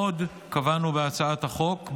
עוד קבענו בהצעת החוק,